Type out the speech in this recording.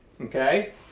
Okay